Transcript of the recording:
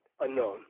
unknown